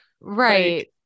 right